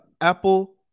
Apple